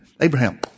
Abraham